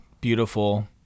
beautiful